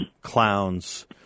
clowns